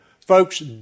Folks